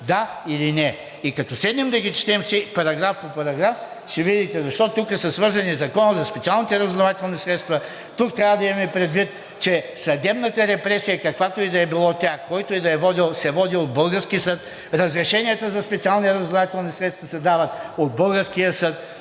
да или не. И като седнем да ги четем параграф по параграф, ще видите. Защото тук са свързани Законът за специалните разузнавателни средства, тук трябва да имаме предвид, че съдебната репресия, каквато и да било тя, който и да я е водил, се e водила от български съд; разрешенията за специални разузнавателни средства се дават от българския съд,